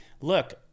look